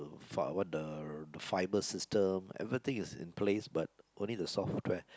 uh what the fiber system everything is in place but only the software